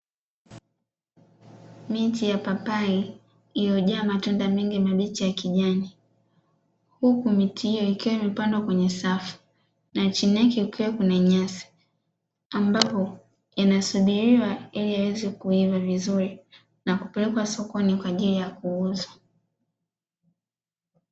Miti ya papai iliyojaa matunda mengi mabichi ya kijani, huku miti hiyo ikiwa imepandwa kwenye safu na chini yake kukiwa kuna nyasi, ambapo inasubiriwa ili yaweze kuiva vizuri na kupelekwa sokoni kwa ajili ya kuuzwa.